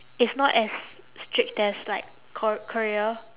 it's not as strict as like kor~ korea